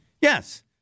Yes